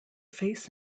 face